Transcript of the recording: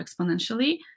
exponentially